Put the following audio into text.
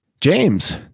James